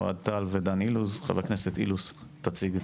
אוהד טל ודן אילוז, חבר הכנסת אילוז תציג.